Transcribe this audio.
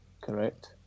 Correct